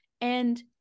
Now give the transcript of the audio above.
And-